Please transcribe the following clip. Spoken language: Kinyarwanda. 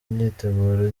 imyiteguro